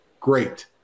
Great